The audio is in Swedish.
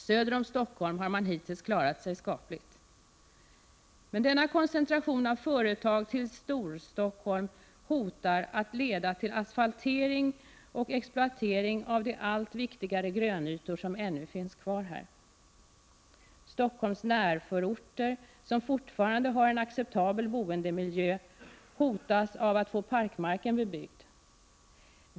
Söder om Stockholm har man hittills klarat sig ganska bra. Denna koncentration av företag till Storstockholm hotar emellertid att leda till asfaltering och exploatering av de grönytor som ännu finns kvar, och som har blivit allt viktigare. Stockholms närförorter, som fortfarande har en acceptabel boendemiljö, hotas av att få parkmarken bebyggd.